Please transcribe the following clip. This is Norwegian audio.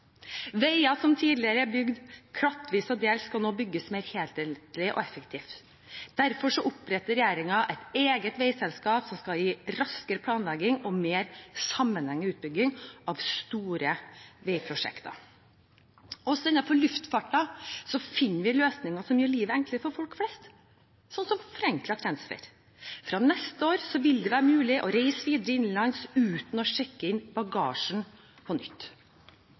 som tidligere er bygd klattvis og delt, skal nå bygges mer helhetlig og effektivt. Derfor oppretter regjeringen et eget veiselskap som skal gi raskere planlegging og mer sammenhengende utbygging av store veiprosjekter. Også innenfor luftfarten finner vi løsninger som gjør livet enklere for folk flest, som forenklet transfer. Fra neste år vil det være mulig å reise videre innenlands uten å sjekke inn bagasjen på nytt.